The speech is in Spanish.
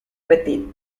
petit